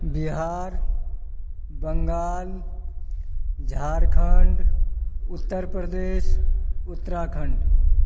Bihar Bengal Jharkhand Uttar Pradesh Uttarakhand